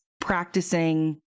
practicing